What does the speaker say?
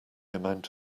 amount